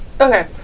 Okay